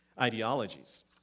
ideologies